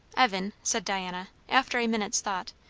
evan, said diana after a minute's thought,